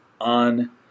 on